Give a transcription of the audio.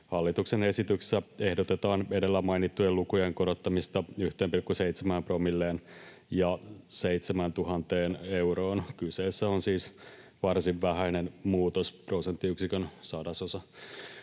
Hallituksen esityksessä ehdotetaan edellä mainittujen lukujen korottamista 1,7 promilleen ja 7 000 euroon. Kyseessä on siis varsin vähäinen muutos, prosenttiyksikön sadasosa.